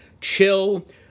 chill